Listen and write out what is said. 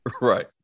right